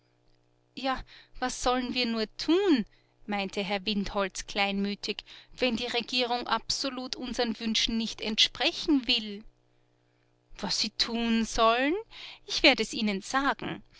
ja was sollen wir nur tun meinte herr windholz kleinmütig wenn die regierung absolut unseren wünschen nicht entsprechen will was sie tun sollen ich werde es ihnen sagen